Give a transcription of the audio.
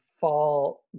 fall